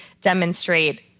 demonstrate